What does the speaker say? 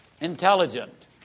Intelligent